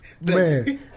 man